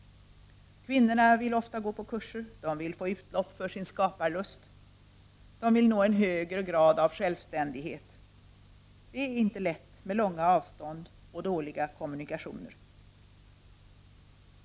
Kvinnorna vill ofta gå på kurser, de vill få utlopp för sin skaparlust, de vill nå en högre grad av självständighet. Det är inte lätt med långa avstånd och dåliga kommunikationer.